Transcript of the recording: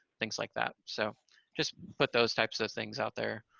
things like that. so just put those types of things out there.